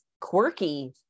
quirky